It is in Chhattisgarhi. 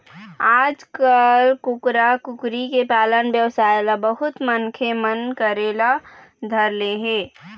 आजकाल कुकरा, कुकरी के पालन बेवसाय ल बहुत मनखे मन करे ल धर ले हे